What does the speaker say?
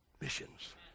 missions